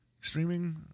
streaming